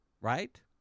right